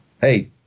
hey